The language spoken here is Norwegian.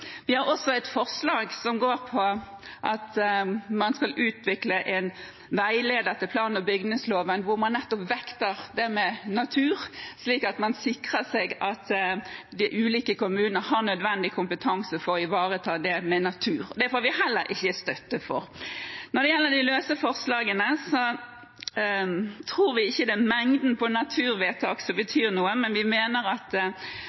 Vi har også et forslag som går på at man skal utvikle en veileder til plan- og bygningsloven hvor man nettopp vekter natur, slik at man sikrer seg at ulike kommuner har nødvendig kompetanse for å ivareta natur. Det får vi heller ikke støtte for. Når det gjelder de løse forslagene, tror vi ikke det er mengden på naturvedtak som betyr noe, men vi mener at